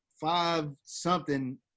five-something